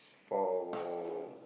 for